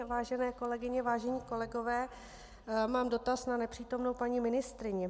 Vážené kolegyně, vážení kolegové, mám dotaz na nepřítomnou paní ministryni.